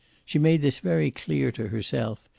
she made this very clear to herself,